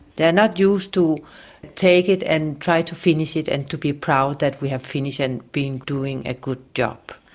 they and are used to take it and try to finish it and be proud that we have finish and been doing a good job.